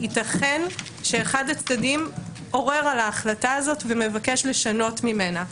ייתכן שאחד הצדדים עורר על ההחלטה הזאת ומבקש לשנות ממנה.